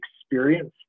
experience